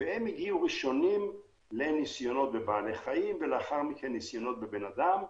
והם הגיעו ראשונים לניסיונות בבעלי חיים ולאחר מכן לניסיונות בבני אדם,